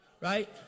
Right